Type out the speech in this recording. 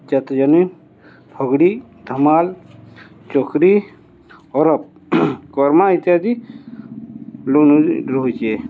ଚତଜାନି ହଗ୍ଡ଼ି ଧମାଲ୍ ଚକ୍ରି ଅରପ୍ କର୍ମା ଇତ୍ୟାଦି ଲୁନ ରହୁଚେ